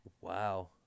Wow